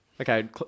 Okay